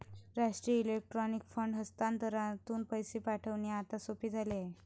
राष्ट्रीय electronic fund हस्तांतरणातून पैसे पाठविणे आता सोपे झाले आहे